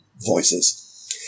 voices